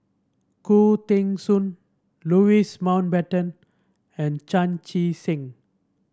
Khoo Teng Soon Louis Mountbatten and Chan Chee Seng